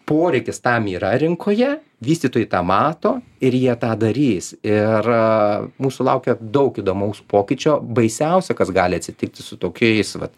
poreikis tam yra rinkoje vystytojai tą mato ir jie tą darys ir mūsų laukia daug įdomaus pokyčio baisiausia kas gali atsitikti su tokiais vat